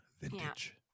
vintage